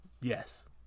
Yes